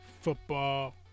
Football